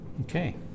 Okay